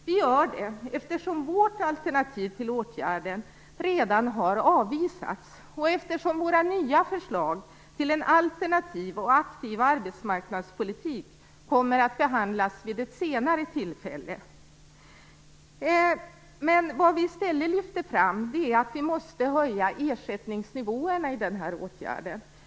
Vi gör det eftersom vårt alternativ till åtgärden redan har avvisats och eftersom våra nya förslag till en alternativ och aktiv arbetsmarknadspolitik kommer att behandlas vid ett senare tillfälle. I stället lyfter vi fram att ersättningsnivåerna i den här åtgärden måste höjas.